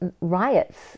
riots